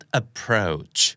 approach